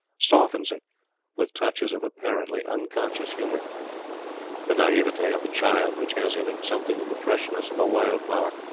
softens it with touches of apparently unconscious humour the naivete of the child which has in it something of the freshness of a wildflower,